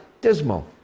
dismal